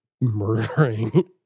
murdering